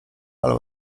ale